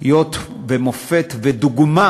היא אות ומופת ודוגמה